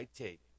take